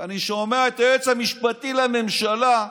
ואני שומע את היועץ המשפטי לממשלה,